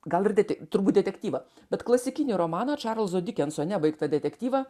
gal ir detek turbūt detektyvą bet klasikinį romaną čarlzo dikenso nebaigtą detektyvą